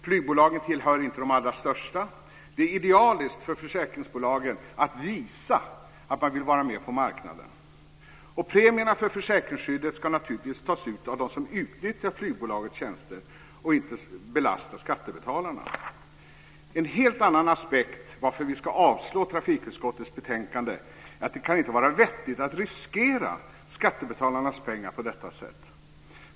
Flygbolagen tillhör inte de allra största. Det är idealiskt för försäkringsbolagen att visa att de vill vara med på marknaden. Och premierna för försäkringsskyddet ska naturligtvis tas ut av dem som utnyttjar flygbolagets tjänster och inte belasta skattebetalarna. En helt annan aspekt bakom att vi ska avslå trafikutskottets förslag är att det inte kan vara vettigt att riskera skattebetalarnas pengar på detta sätt.